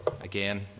Again